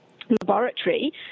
laboratory